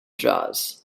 jaws